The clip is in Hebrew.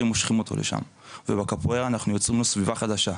מושכים אותו לשם ובקפוארה אנחנו יוצרים לו סביבה חדשה,